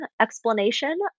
explanation